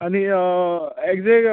आनी ऍग्जेक्ट